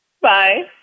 Bye